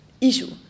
issue